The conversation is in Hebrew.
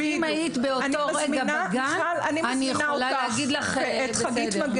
אם היית באותו רגע בגן, אני יכולה להגיד לך בסדר.